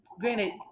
Granted